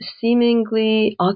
seemingly